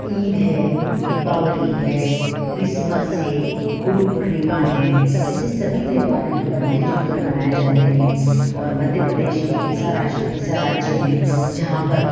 ईद है दीपावली है क्रिशमस है गुरु पूर्णिमा है ऐसे सभी त्योहार यहाँ पर मिलजुल कर मनाए जाते हैं और मध्य प्रदेश एक ऐसा रास ऐसा राज्य है जहाँ पर